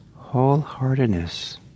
wholeheartedness